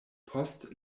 post